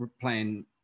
playing